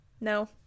no